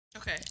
Okay